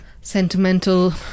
sentimental